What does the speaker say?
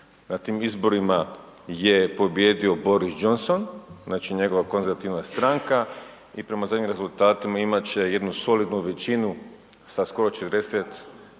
Na tim izborima je pobijedio Boris Johnson, znači njegova konzervativna stranka i prema zadnjim rezultatima imat će jednu solidnu većinu sa skoro 40